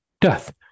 death